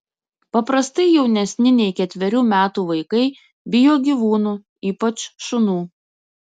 paprastai jaunesni nei ketverių metų vaikai bijo gyvūnų ypač šunų